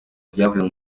ibyavuye